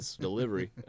delivery